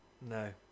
No